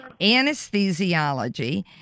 anesthesiology